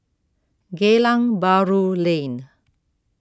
Geylang Bahru Lane